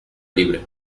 libre